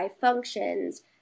functions